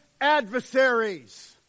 adversaries